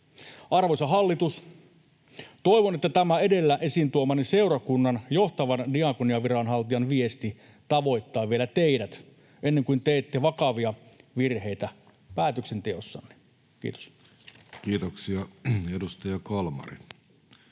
Arvoisa hallitus! Toivon, että tämä edellä esiin tuomani seurakunnan johtavan diako-niaviranhaltijan viesti tavoittaa vielä teidät, ennen kuin teette vakavia virheitä päätöksenteossa. — Kiitos. Kiitoksia. — Edustaja Kalmari,